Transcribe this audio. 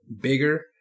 bigger